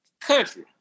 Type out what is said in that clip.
Country